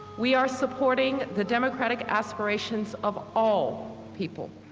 we are supporting the democratic aspirations of all people.